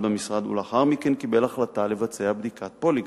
במשרד ולאחר מכן קיבל החלטה לבצע בדיקת פוליגרף.